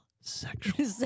sexual